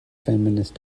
feminist